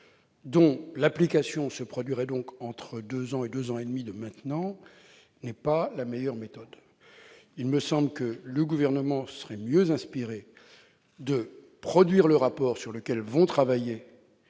dont l'application se produirait dans un délai compris entre deux ans et deux ans et demi n'est pas la meilleure méthode. Il me semble que le Gouvernement serait mieux inspiré de produire le rapport sur lequel vont travailler